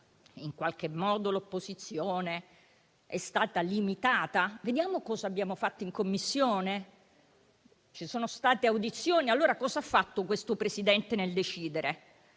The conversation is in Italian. in qualche modo l'opposizione è stata limitata? Vediamo cosa abbiamo fatto in Commissione. Ci sono state audizioni: cosa ha fatto questo Presidente nel decidere?